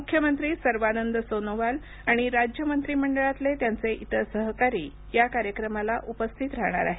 मुख्यमंत्री सर्वानंद सोनोवाल आणि राज्य मंत्रिमंडळातले त्यांचे इतर सहकारी या कार्यक्रमाला उपस्थित राहणार आहेत